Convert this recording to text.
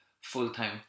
full-time